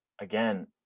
Again